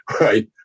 Right